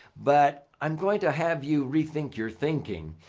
but i'm going to have you rethink your thinking.